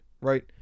right